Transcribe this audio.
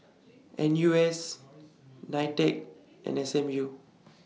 N U S NITEC and S M U